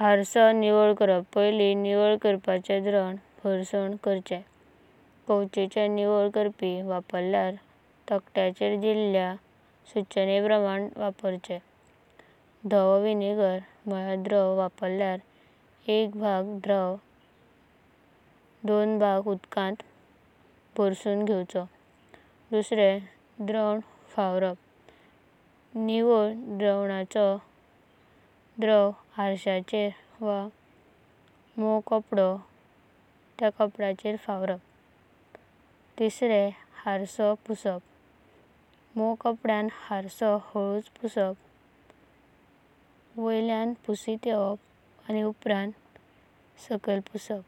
घाण जलो आर्सो कशो निआवळ करप। एक घाण जलो आर्सो कशो निआवळ करप पावंदो एक कोलासो कडूना उदोवाचो। सुकेंया कपाडेया सुतासुतीत घाण कडूना उदोवाची। पावंदो दोन फोवरेयां निआवळ कराचो। कांवाचो निआवळ करापी वा उदक विनागेर जकां धारावण अशे मनत ते। बरसण केलेम आर्सायाचेर फोवरेचें। उपरांत पावंदो तिसरो आर्सो पुराय मुवां कपाडेया, आर्सो वाटकुळेया गतीन पुसाचो।